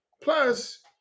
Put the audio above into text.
Plus